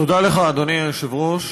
תודה לך, אדוני היושב-ראש,